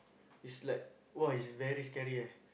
is like !wah! it's very scary eh